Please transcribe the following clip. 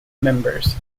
members